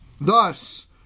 Thus